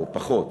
או פחות,